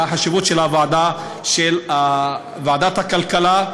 והחשיבות של ועדת הכלכלה.